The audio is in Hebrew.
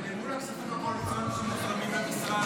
ומול הכספים הקואליציוניים שמוזרמים למשרד?